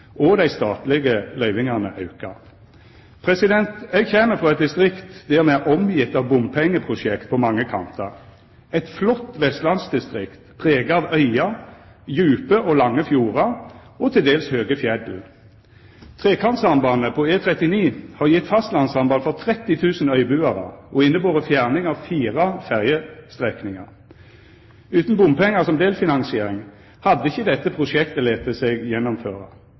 og dei statlege løyvingane auka. Eg kjem frå eit distrikt der me er omgjevne av bompengeprosjekt på mange kantar, eit flott vestlandsdistrikt prega av øyar, djupe og lange fjordar og til dels høge fjell. Trekantsambandet på E39 har gjeve fastlandssamband for 30 000 øybuarar og innebore fjerning av fire ferjestrekningar. Utan bompengar som delfinansiering hadde ikkje dette prosjektet late seg gjennomføra.